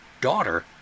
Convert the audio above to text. daughter